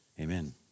Amen